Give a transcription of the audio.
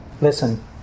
Listen